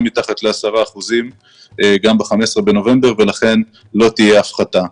מתחת ל-10 אחוזים ולכן לא תהיה הפחתה.